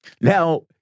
Now